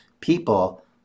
people